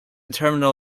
terminal